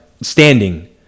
standing